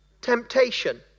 temptation